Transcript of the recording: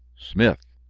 smith.